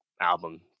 album